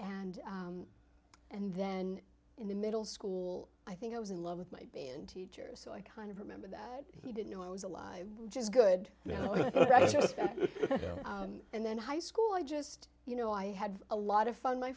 and and then in the middle school i think i was in love with my band teacher so i kind of remember that he didn't know i was alive which is good and then high school i just you know i had a lot of fun my